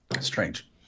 Strange